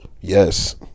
Yes